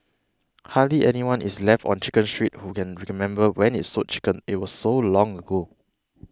hardly anyone is left on Chicken Street who can remember when it sold chicken it was so long ago